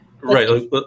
Right